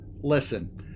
Listen